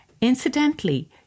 Incidentally